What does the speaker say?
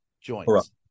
joints